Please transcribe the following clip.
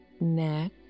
neck